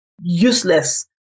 useless